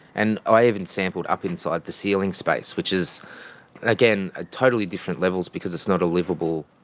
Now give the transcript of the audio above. and i even sampled up inside the ceiling space which is again a totally different levels because it's not a livable.